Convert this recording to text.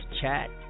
chat